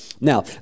Now